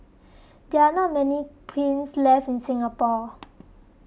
there are not many kilns left in Singapore